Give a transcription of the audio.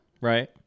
right